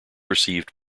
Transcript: received